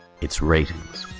its ratings.